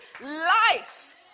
life